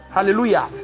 Hallelujah